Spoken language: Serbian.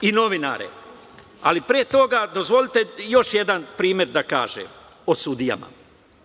i novinare, ali pre toga dozvolite još jedan primer da kažem o sudijama,